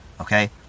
Okay